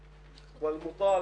לכולם.